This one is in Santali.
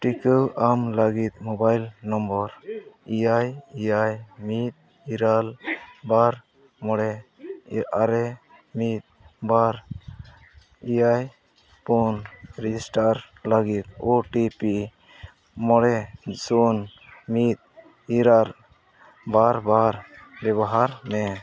ᱴᱤᱠᱟᱹ ᱧᱟᱢ ᱞᱟᱹᱜᱤᱫ ᱢᱳᱵᱟᱭᱤᱞ ᱱᱟᱢᱵᱟᱨ ᱮᱭᱟᱭ ᱮᱭᱟᱭ ᱢᱤᱫ ᱤᱨᱟᱹᱞ ᱵᱟᱨ ᱢᱚᱬᱮ ᱟᱨᱮ ᱢᱤᱫ ᱵᱟᱨ ᱮᱭᱟᱭ ᱯᱩᱱ ᱨᱮᱡᱤᱥᱴᱟᱨ ᱞᱟᱹᱜᱤᱫ ᱳ ᱴᱤ ᱯᱤ ᱢᱚᱬᱮ ᱥᱩᱱ ᱢᱤᱫ ᱤᱨᱟᱹᱞ ᱵᱟᱨ ᱵᱟᱨ ᱵᱮᱵᱚᱦᱟᱨᱢᱮ